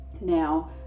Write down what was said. now